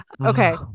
Okay